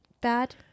bad